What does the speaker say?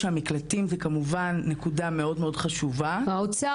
שהמקלטים זו נקודה מאוד חשובה --- האוצר